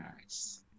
Nice